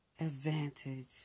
advantage